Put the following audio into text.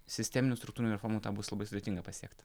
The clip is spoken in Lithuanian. sisteminių struktūrinių reformų tą bus labai sudėtinga pasiekt